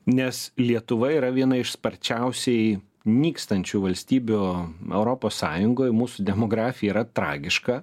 nes lietuva yra viena iš sparčiausiai nykstančių valstybių europos sąjungoj mūsų demografija yra tragiška